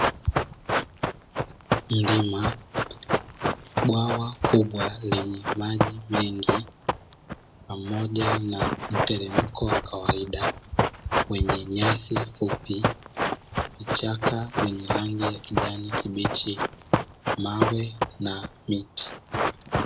Milima, bwawa kubwa lenye maji mengi pamoja na mteremko wa kawaida wenye nyasi fupi, vichaka venye rangi ya kijani kibichi, mawe na miti.